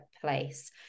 place